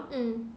mm